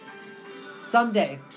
Someday